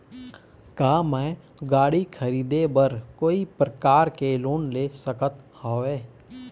का मैं गाड़ी खरीदे बर कोई प्रकार के लोन ले सकत हावे?